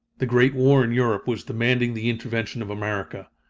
the great war in europe was demanding the intervention of america.